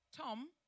Tom